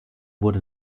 wurde